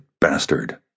bastard